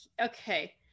Okay